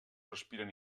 respiren